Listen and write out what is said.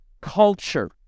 culture